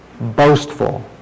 boastful